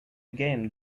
game